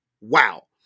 wow